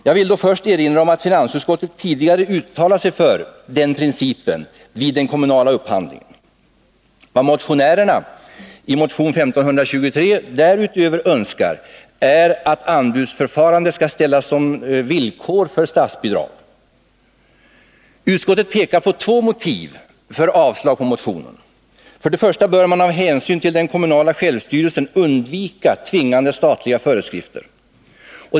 Jag vill här erinra om att finansutskottet tidigare uttalat sig för den principen vid den kommunala upphandlingen. Men vad motionärerna bakom motion 1523 därutöver önskar är att anbudsförfarande skall ställas som villkor för statsbidrag. Utskottet pekar på två motiv för avslag på motionen. För det första bör man av hänsyn till den kommunala självstyrelsen undvika tvingande statliga föreskrifter.